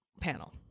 panel